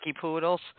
Poodles